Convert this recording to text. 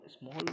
small